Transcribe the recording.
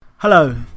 Hello